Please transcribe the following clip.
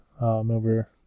over